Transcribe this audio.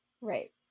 Right